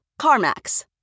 CarMax